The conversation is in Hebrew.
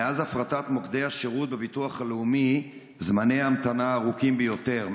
מאז הפרטת מוקדי השירות בביטוח הלאומי זמני ההמתנה ארוכים ביותר,